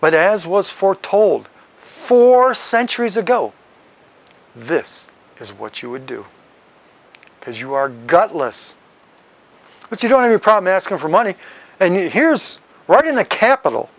but as was foretold four centuries ago this is what you would do because you are gutless but you don't have a problem asking for money and here's right in the capital